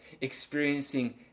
experiencing